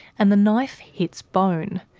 and the knife hits bone.